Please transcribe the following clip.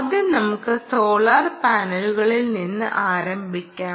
ആദ്യം നമുക്ക് സോളാർ പാനലുകളിൽ നിന്ന് ആരംഭിക്കാം